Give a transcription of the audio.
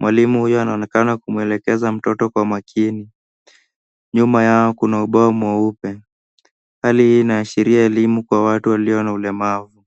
Mwalimu huyo anaonekana kumwelekeza mtoto kwa makini. Nyuma yao kuna ubao mweupe. Hali hii inaashiria elimu kwa watu walio na ulemavu.